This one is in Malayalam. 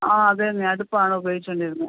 ആ അത് തന്നെ അടുപ്പാണ് ഉപയോഗിച്ചോണ്ടിരുന്നത്